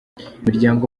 imiryango